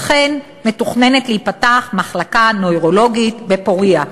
וכן מתוכננת להיפתח מחלקה נוירולוגית ב"פורייה".